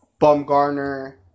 Bumgarner